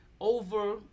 over